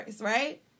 right